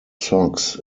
sox